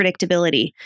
predictability